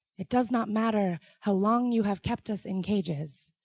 it does not matter how long you have kept us in cages.